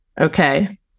Okay